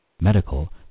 medical